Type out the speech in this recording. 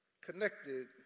connected